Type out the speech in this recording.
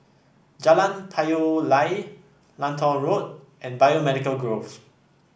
Jalan Payoh Lai Lentor Road and Biomedical Grove